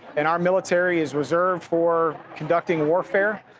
and our military is reserved for conducting warfare,